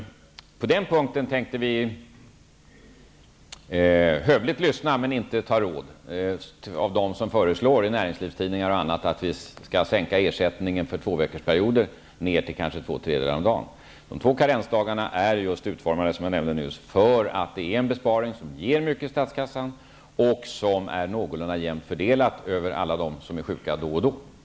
På den punkten tänker vi hövligt lyssna men inte ta råd av dem som i näringslivstidningar och på andra håll föreslår att vi för tvåveckorsperioder skall sänka ersättningen ned till kanske två tredjedelar om dagen. Vi har, som jag nämnde nyss, valt två karensdagar därför att det är en besparingsform som ger mycket i statskassan och som är någorlunda jämnt fördelad över alla dem som är sjuka då och då. Herr talman!